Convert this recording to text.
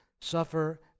suffer